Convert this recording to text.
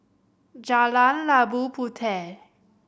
Jalan Labu Puteh